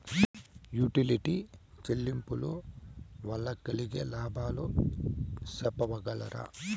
Utility చెల్లింపులు వల్ల కలిగే లాభాలు సెప్పగలరా?